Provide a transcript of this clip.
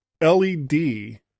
LED